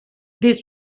this